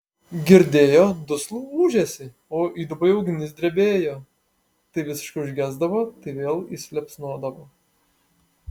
girdėjo duslų ūžesį o įduboje ugnys drebėjo tai visiškai užgesdavo tai vėl įsiliepsnodavo